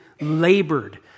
labored